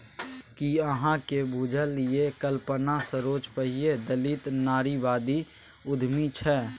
कि अहाँक बुझल यै कल्पना सरोज पहिल दलित नारीवादी उद्यमी छै?